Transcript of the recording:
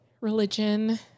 religion